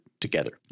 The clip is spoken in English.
together